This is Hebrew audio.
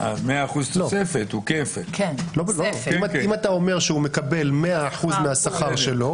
אם אתה אומר שהוא מקבל 100% מהשכר שלו,